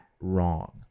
wrong